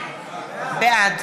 בעד